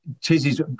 Tizzy's